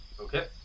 Okay